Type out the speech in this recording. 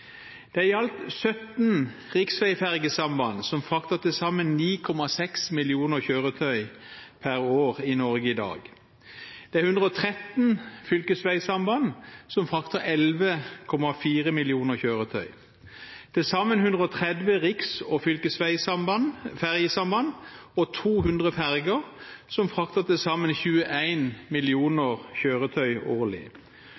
Det er i alt 17 riksveifergesamband som frakter til sammen 9,6 millioner kjøretøy per år i Norge i dag. Det er 113 fylkesveifergesamband som frakter 11,4 millioner kjøretøy. Til sammen 130 riks- og fylkesveifergesamband og 200